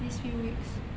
these few weeks